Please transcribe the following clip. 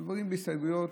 אלה הסתייגויות,